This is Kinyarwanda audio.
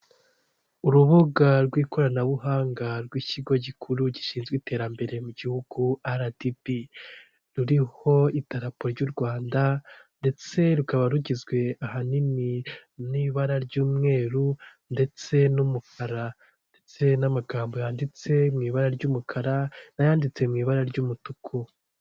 Urubuga rw'ikoranabuhanga rw'ikigo gikuru gishinzwe iterambere mu gihugu aradibi ruriho idarapo ry'u Rwanda ndetse rukaba rugizwe ahanini n'ibara ry'umweru ndetse n'umukara, ndetse n'amagambo yanditse mu ibara ry'umukara n'ayanditse mu ibara ry'umutuku.